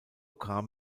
kam